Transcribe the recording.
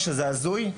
זה הזוי.